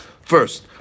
first